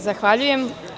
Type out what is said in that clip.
Zahvaljujem.